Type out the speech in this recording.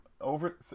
over